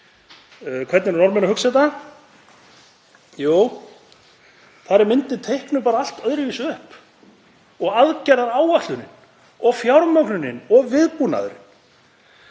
hvernig eru Norðmenn að hugsa þetta? Jú, þar er myndin teiknuð allt öðruvísi upp og aðgerðaáætlunin og fjármögnunin og viðbúnaðurinn.